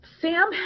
Sam